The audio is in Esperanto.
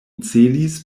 celis